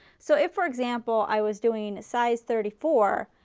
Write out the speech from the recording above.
so if for example i was doing size thirty four,